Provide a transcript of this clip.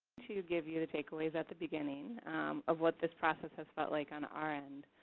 to give you the takeaways at the beginning of what this process has felt like on our end.